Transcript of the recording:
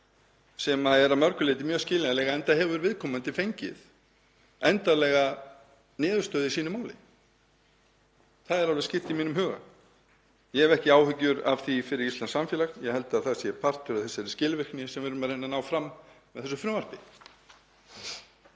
sem er að mörgu leyti mjög skiljanleg, enda hefur viðkomandi fengið endanlega niðurstöðu í sínu máli. Það er alveg skýrt í mínum huga. Ég hef ekki áhyggjur af því fyrir íslenskt samfélag. Ég held að þetta sé partur af þeirri skilvirkni sem við erum að reyna að ná fram með þessu frumvarpi.